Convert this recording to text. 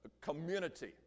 community